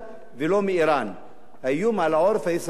האיום על העורף הישראלי זה מנתניהו ומליברמן.